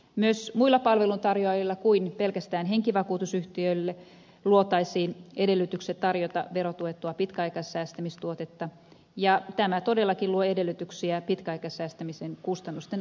myös muille palveluntarjoajille kuin pelkästään henkivakuutusyhtiölle luotaisiin edellytykset tarjota verotuettua pitkäaikaissäästämistuotetta ja tämä todellakin luo edellytyksiä pitkäaikaissäästämisen kustannusten alentumiselle